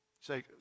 Say